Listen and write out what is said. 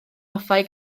hoffai